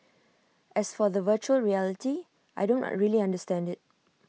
as for the Virtual Reality I don't really understand IT